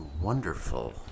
wonderful